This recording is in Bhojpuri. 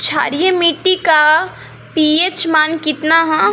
क्षारीय मीट्टी का पी.एच मान कितना ह?